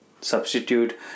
substitute